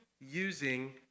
using